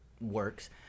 works